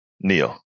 Neil